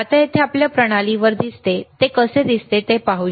आता येथे आपल्या प्रणाली वर दिसते कसे ते पाहू